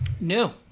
no